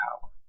power